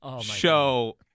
show